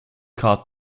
card